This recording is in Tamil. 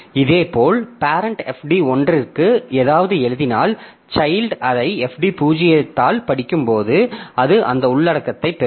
இதேபோல் பேரெண்ட் fd 1 க்கு ஏதாவது எழுதினால் சைல்ட் அதை fd 0 ஆல் படிக்கும்போது அது அந்த உள்ளடக்கத்தைப் பெறும்